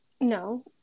No